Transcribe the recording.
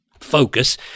focus